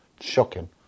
Shocking